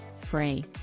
free